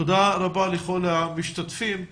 תודה רבה לכל המשתתפים.